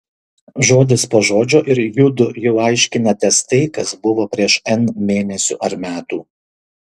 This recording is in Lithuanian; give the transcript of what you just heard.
žodis po žodžio ir judu jau aiškinatės tai kas buvo prieš n mėnesių ar metų